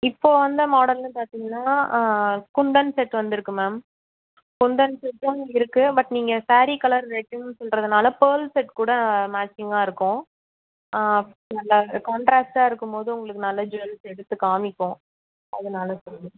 இப்போ வந்த மாடல்ன்னு பார்த்திங்கன்னா குந்தன் செட்டு வந்துருக்கு மேம் குந்தன் செட்டும் இருக்கு பட் நீங்கள் சாரீ கலர் ரெட்டுன்னு சொல்லுறதுனால பேர்ல் செட்கூட மேட்சிங்காக இருக்கும் ஆ இல்லை கான்ட்ராஸ்டாக இருக்கும்போது உங்களுக்கு நல்ல ஜ்வல்ஸ் எடுத்து காமிக்கும் அதனால் சொல்லுறேன்